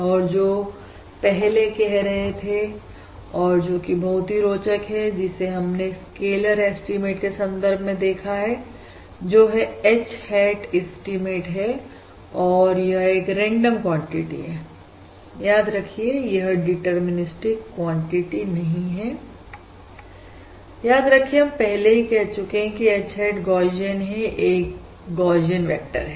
और जो पहले कह रहे थे और जो कि बहुत ही रोचक है और जिसे हमने स्केलर एस्टीमेट के संदर्भ में देखा है जो है H hat एस्टीमेट है और यह एक रेंडम क्वांटिटी है याद रखिए यह डिटरमिनिस्टिक क्वांटिटी नहीं है याद रखिए हम पहले ही कह चुके हैं कि H hat गौशियन है यह एक गौशियन वेक्टर है